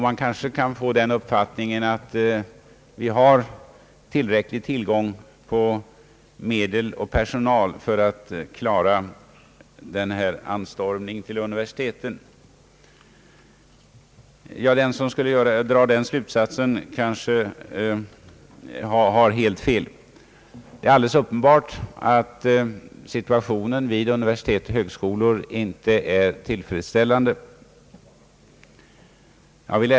Man kanske kan få den uppfattningen att vi har tillräckligt stor tillgång på medel och personal för att klara av anstormningen till universiteten. Den som drar den slutsatsen tar emellertid helt fel. Det är alldeles uppenbart att situationen vid universitet och högskolor inte är tillfredsställande.